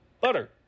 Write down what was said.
butter